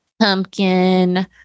Pumpkin